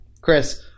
Chris